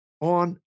on